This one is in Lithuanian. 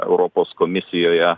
europos komisijoje